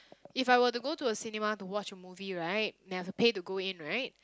if I were to go to a cinema to watch a movie right then I have to pay to go in right